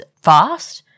fast